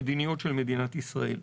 המדיניות של מדינת ישראל.